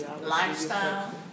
Lifestyle